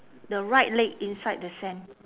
the right leg inside the sand